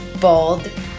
bold